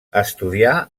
estudià